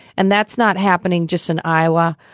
and that's not happening just in iowa.